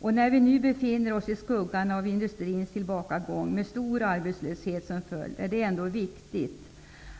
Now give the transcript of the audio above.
När vi nu befinner oss i skuggan av tillbakagången hos industrin med stor arbetslöshet som följd, är det ändå viktigt